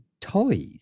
toys